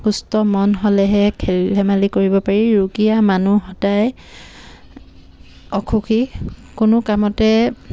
সুস্থ মন হ'লেহে খেল ধেমালি কৰিব পাৰি ৰুগীয়া মানুহ সদায় অসুখী কোনো কামতে